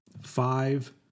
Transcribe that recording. five